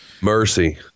Mercy